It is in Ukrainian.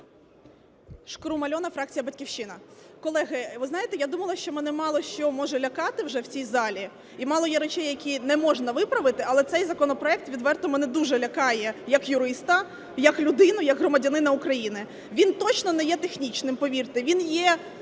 Шкрум Альона, фракція "Батьківщина". Колеги, ви знаєте, я думала, що мене мало що може лякати вже в цій залі, і мало є речей, які не можна виправити. Але цей законопроект, відверто, мене дуже лякає як юриста, як людину, як громадянина України. Він точно не є технічним, повірте, він є